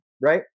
right